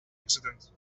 accident